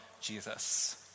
Jesus